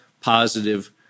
positive